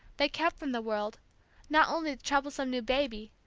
they kept from the world not only the troublesome new baby,